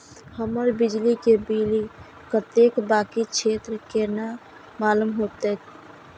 हमर बिजली के बिल कतेक बाकी छे केना मालूम होते?